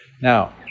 Now